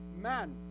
man